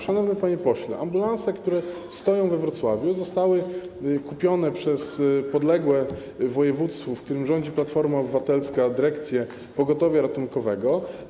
Szanowny panie pośle, ambulanse, które stoją we Wrocławiu, zostały kupione przez podległą województwu, w którym rządzi Platforma Obywatelska, dyrekcję pogotowia ratunkowego.